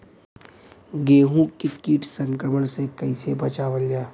गेहूँ के कीट संक्रमण से कइसे बचावल जा?